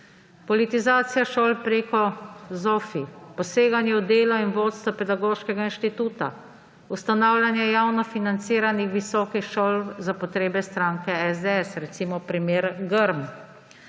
Politizacija šol preko ZOFVI, poseganju v delo in vodstva Pedagoškega inštituta, ustanavljanje javno financiranih visokih šol za potrebe stranke SDS, recimo primer Grm,